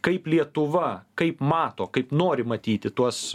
kaip lietuva kaip mato kaip nori matyti tuos